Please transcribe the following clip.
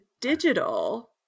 digital